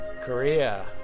Korea